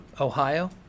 Ohio